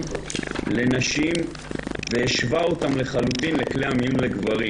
לנשים והשווה אותם לחלוטין לכלי המיון לגברים.